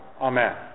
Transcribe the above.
Amen